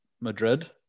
Madrid